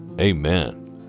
Amen